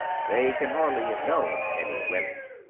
they can hardly have known any women.